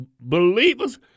believers